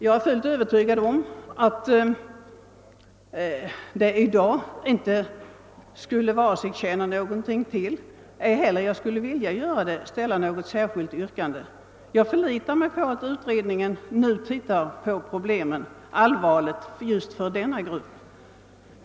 Jag är fullt övertygad om att det i dag inte skulle tjäna någonting till att ställa ett särskilt yrkande. Jag förlitar mig på att utredningen nu allvarligt studerar problemen för just denna grupp.